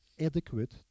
adequate